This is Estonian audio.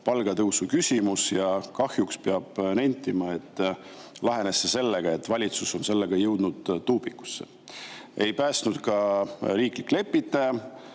palgatõusu küsimus, ja kahjuks peab nentima, et lahenes sellega, et valitsus on jõudnud tupikusse. Ei päästnud ka riiklik lepitaja